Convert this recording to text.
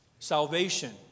salvation